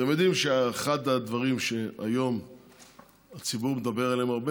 אתם יודעים שאחד הדברים שהציבור מדבר עליהם היום הרבה